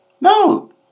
No